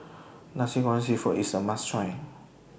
Nasi Goreng Seafood IS A must Try